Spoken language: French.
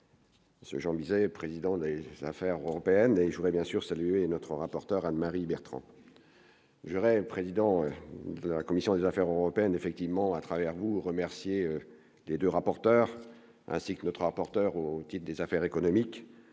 Ce Jean Bizet, président d'ailleurs l'affaire européenne, je voudrais bien sûr saluer notre rapporteur Anne-Marie Bertrand. Je, président de la commission des affaires européennes effectivement à travers vous remercier les 2 rapporteurs, ainsi que notre rapporteur ou type des affaires économiques